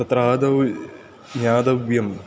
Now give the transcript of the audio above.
तत्र आदौ ज्ञातव्यं